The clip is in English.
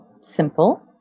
simple